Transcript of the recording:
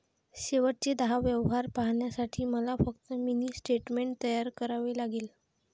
शेवटचे दहा व्यवहार पाहण्यासाठी मला फक्त मिनी स्टेटमेंट तयार करावे लागेल